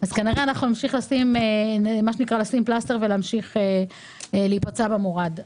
אז כנראה אנחנו נמשיך לשים מה שנקרא פלסטר ולהמשיך להיפצע במורד.